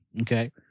okay